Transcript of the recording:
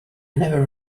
never